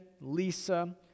Lisa